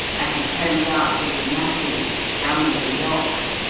as he combed out his matted, gummy, locks,